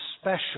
special